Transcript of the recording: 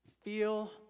Feel